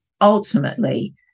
Ultimately